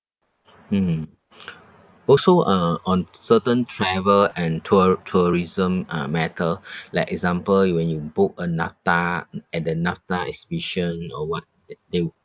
hmm also uh on certain travel and tour~ tourism uh matter like example when you book a NATAS mm at the NATAS exhibition or what th~ they would